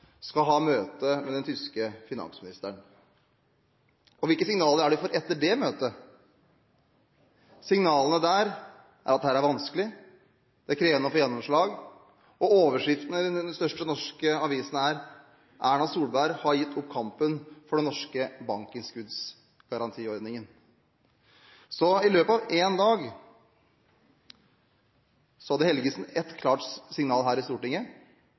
skal ha møte med den tyske finansministeren. Og hvilke signaler fikk vi etter det møtet? Signalene var at dette er vanskelig. Det er krevende å få gjennomslag. Og overskriftene i de største norske avisene var at Erna Solberg har gitt opp kampen for den norske bankinnskuddsgarantiordningen. Så i løpet av én dag hadde statsråd Helgesen et klart signal her i Stortinget,